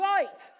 Right